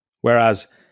Whereas